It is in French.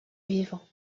vivant